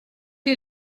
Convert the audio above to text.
est